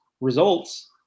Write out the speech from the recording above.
results